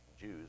Jews